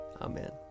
Amen